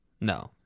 no